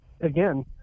again